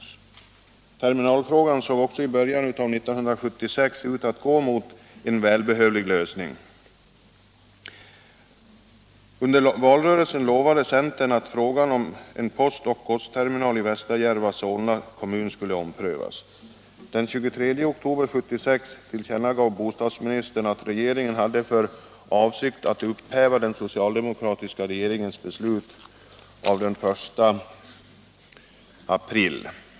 Terminalfrågan såg också ut att gå mot en välbehövlig lösning i början av 1976. Under valrörelsen lovade centern att frågan om en postoch godsterminal i Västerjärva, Solna kommun, skulle omprövas. Den 23 oktober 1976 tillkännagav bostadsministern att regeringen hade för avsikt att upphäva den socialdemokratiska regeringens beslut av den 1 april.